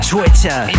Twitter